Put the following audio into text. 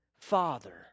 Father